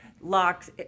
locks